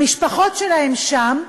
המשפחות שלהם שם.